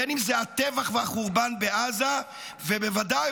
בין אם זה הטבח והחורבן בעזה ובוודאי